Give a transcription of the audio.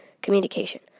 Communication